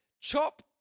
chop